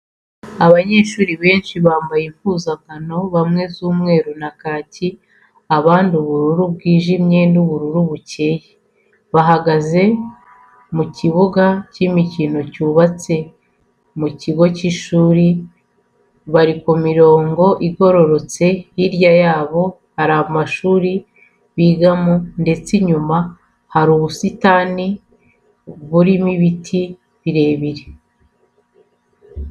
Abanyeshuri benshi bambaye impuzankano bamwe z'umweru na kaki, abandi ubururu bwijimye n'ubururu bukeye, bahagaze mu kibuga cy'imikino cyubatse mu kigo cy'ishuri, bari ku mirongo igororotse, hirya yabo hari amashuri bigamo ndetse inyuma hari ubusitani burimo ibiti birebire.